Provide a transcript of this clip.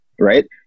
right